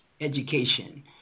education